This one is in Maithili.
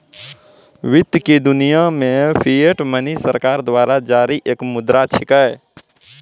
वित्त की दुनिया मे फिएट मनी सरकार द्वारा जारी एक मुद्रा छिकै